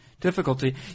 difficulty